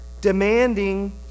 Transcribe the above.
demanding